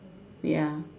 ya